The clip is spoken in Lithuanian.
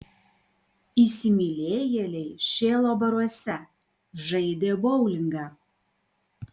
įsimylėjėliai šėlo baruose žaidė boulingą